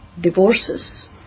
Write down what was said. divorces